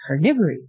carnivory